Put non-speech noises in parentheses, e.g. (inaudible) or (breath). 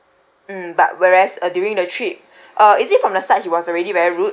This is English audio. mm but whereas uh during the trip (breath) uh is it from the start he was already very rude